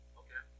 okay